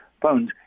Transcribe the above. phones